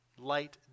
light